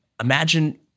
imagine